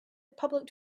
public